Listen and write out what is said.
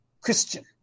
Christian